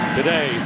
Today